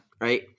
right